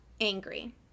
angry